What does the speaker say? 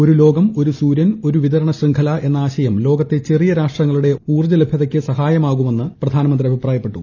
ഒരു ലോകം ഒരു സൂര്യൻ ഒരു വിതരണ ശൃംഖല എന്ന ആശയം ലോകത്തെ ചെറിയ രാഷ്ട്രങ്ങളുടെ ഊർജ്ജ ലഭ്യതയ്ക്ക് സഹായകരമായിരിക്കുമെന്ന് പ്രധാനമന്ത്രി അഭിപ്രായപ്പെട്ടു